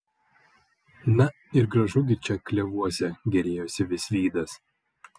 na ir gražu gi čia klevuose gėrėjosi visvydas